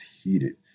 heated